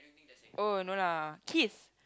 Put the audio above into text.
oh no lah kiss